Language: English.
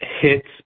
hits